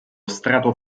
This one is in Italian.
strato